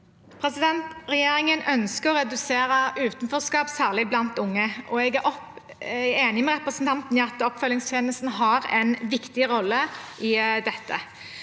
Regjerin- gen ønsker å redusere utenforskap, særlig blant unge. Jeg er enig med representanten i at oppfølgingstjenesten har en viktig rolle i dette.